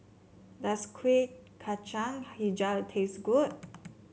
does Kuih Kacang hijau taste good